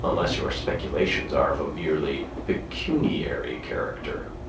unless your speculations are of a merely pecuniary character.